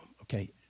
okay